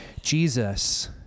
Jesus